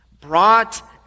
brought